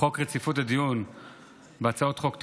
חוק רציפות הדיון בהצעות חוק,